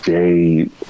Jade